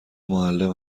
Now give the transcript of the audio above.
معلم